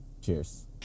Cheers